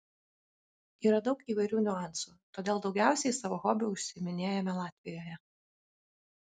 yra daug įvairių niuansų todėl daugiausiai savo hobiu užsiiminėjame latvijoje